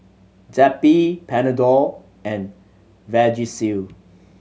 Zappy Panadol and Vagisil